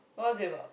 what is it about